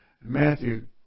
Matthew